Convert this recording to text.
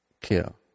kill